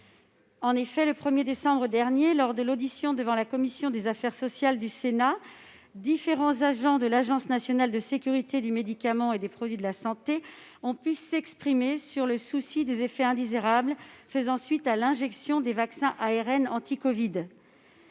En effet, le 1décembre dernier, lors de l'audition devant la commission des affaires sociales du Sénat, différents agents de l'Agence nationale de sécurité du médicament et des produits de santé ont pu s'exprimer sur les effets indésirables faisant suite à l'injection des vaccins ARN anti-covid.